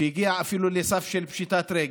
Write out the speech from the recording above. שהגיע אפילו לסף של פשיטת רגל,